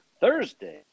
thursday